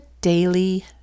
Daily